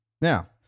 Now